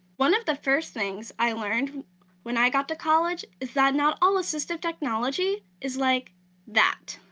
one of the first things i learned when i got to college is that not all assistive technology is like that.